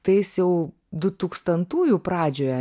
tais jau du tūkstantųjų pradžioje